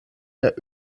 der